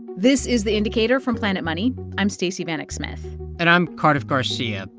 this is the indicator from planet money. i'm stacey vanek smith and i'm cardiff garcia.